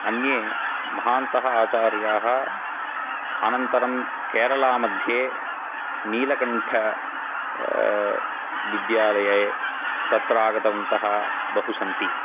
अन्ये महान्तः आचार्याः अनन्तरं केरालामध्ये नीलकण्ठ विद्यालये तत्र आगतवन्तः बहु सन्ति